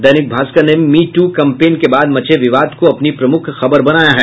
दैनिक भास्कर ने me too campaign के बाद मचे विवाद को अपनी प्रमुख खबर बनाया है